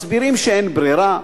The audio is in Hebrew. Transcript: מסבירים שאין ברירה,